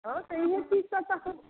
हाँ तो यह चीज़ तो हम